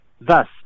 Thus